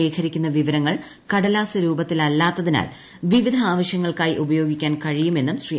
ശേഖരിക്കുന്ന വിവരങ്ങൾ കടലാസ് രൂപത്തിലല്ലാത്തിനാൽ വിവിധ ആവശ്യങ്ങൾക്കായി ഉപയോഗിക്കാൻ കഴിയുമെന്നും ശ്രീ